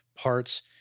parts